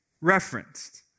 referenced